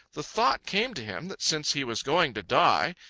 the thought came to him that since he was going to die,